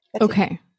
Okay